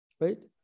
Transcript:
right